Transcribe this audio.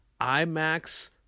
IMAX